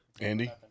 Andy